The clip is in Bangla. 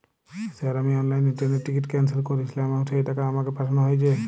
স্যার আমি অনলাইনে ট্রেনের টিকিট ক্যানসেল করেছিলাম এবং সেই টাকা আমাকে পাঠানো হয়েছে?